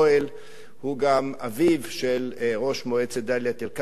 הוא גם אביו של ראש מועצת דאלית-אל-כרמל, שאכרם